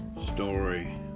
story